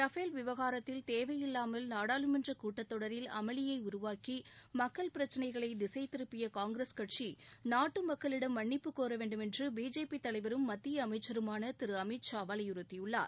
Rafale விவகாரதத்தில் தேவையில்லாமல் நாடாளுமன்ற கூட்டத்தொடரில் அமளியை உருவாக்கி மக்கள் பிரச்சினைகளை திசைத்திருப்பிய காங்கிரஸ் கட்சி நாட்டு மக்களிடம் மன்னிப்பு கோர வேண்டுமென்று பிஜேபி தலைவரும் மத்திய அமைச்சருமான திரு அமித்ஷா வலியுறுத்தியுள்ளார்